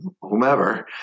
whomever